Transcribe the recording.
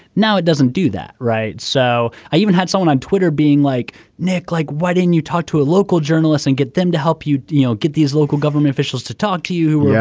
now it doesn't do that right. so i even had someone on twitter being like nick like why didn't you talk to a local journalists and get them to help you you know get these local government officials to talk to you.